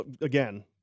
again